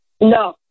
No